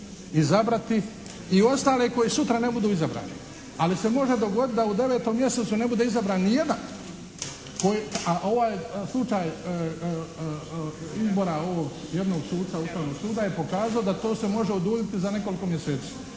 izabrati i ostale koji sutra ne budu izabrani. Ali se može dogoditi da u 9. mjesecu ne bude izabran ni jedan. A ovaj slučaj izbora ovog jednog suda Ustavnog suda je pokazao da to se može oduljiti za nekoliko mjeseci.